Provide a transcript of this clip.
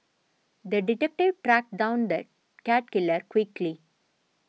the detective tracked down the cat killer quickly